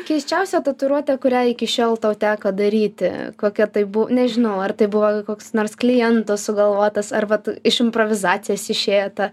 keisčiausia tatuiruotė kurią iki šiol tau teko daryti kokia tai bu nežinau ar tai buvo koks nors kliento sugalvotas ar vat iš improvizacijos išėjo ta